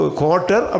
quarter